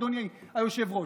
אדוני היושב-ראש.